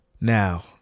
Now